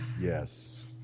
yes